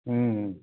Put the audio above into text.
हूँ